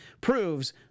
proves